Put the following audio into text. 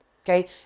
okay